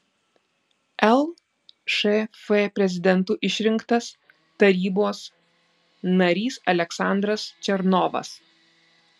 lšf prezidentu išrinktas tarybos narys aleksandras černovas